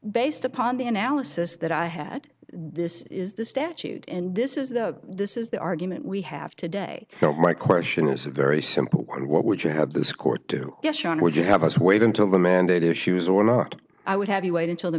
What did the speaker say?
based upon the analysis that i had this is the statute and this is the this is the argument we have today so my question is a very simple one what would you have this court do would you have us wait until the mandate issues or not i would have you wait until the